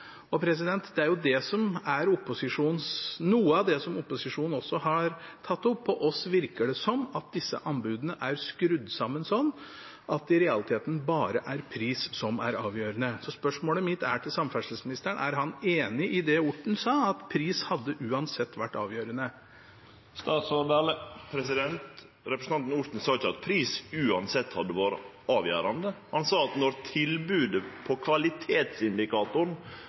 Det er jo noe av det opposisjonen har tatt opp. På oss virker det som om disse anbudene er skrudd sammen slik at det i realiteten bare er pris som er avgjørende. Spørsmålet mitt til samferdselsministeren er: Er han enig i det representanten Orten sa – at pris uansett hadde vært avgjørende? Representanten Orten sa ikkje at pris uansett hadde vore avgjerande. Han sa at når tilbodet på kvalitetsindikatoren,